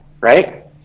right